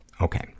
Okay